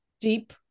deep